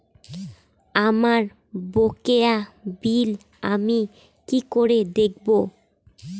আমার বকেয়া বিল আমি কি করে দেখব?